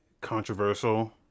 controversial